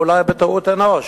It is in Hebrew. כנראה, אולי, בטעות אנוש,